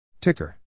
Ticker